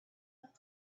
out